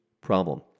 problem